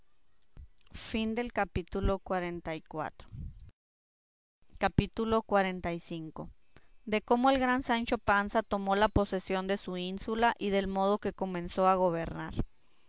capítulo xlv de cómo el gran sancho panza tomó la posesión de su ínsula y del modo que comenzó a gobernar